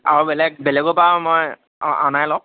আৰু বেলেগ বেলেগৰ পৰাও মই অঁ অনাই লওঁ